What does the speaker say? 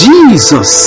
Jesus